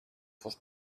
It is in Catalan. fos